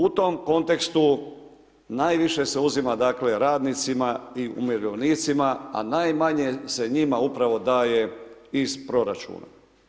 U tom kontekstu najviše se uzima radnicima i umirovljenicima a najmanje se njima upravo daje iz proračuna.